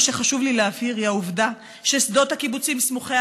מה שחשוב לי להבהיר הוא העובדה ששדות הקיבוצים סמוכי